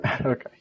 Okay